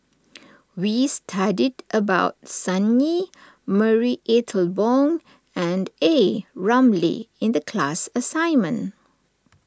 we studied about Sun Yee Marie Ethel Bong and A Ramli in the class assignment